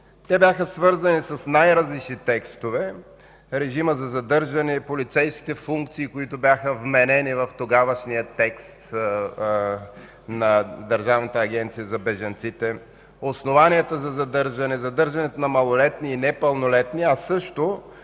Те бяха свързани с най-различни текстове – относно режима за задържане, полицейските функции, които бяха вменени в тогавашния текст на Държавната агенция за бежанците, основанията за задържане, задържането на малолетни и непълнолетни, а също